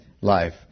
life